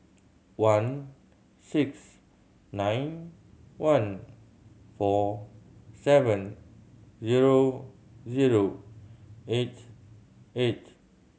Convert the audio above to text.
one six nine one four seven zero zero eight eight